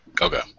Okay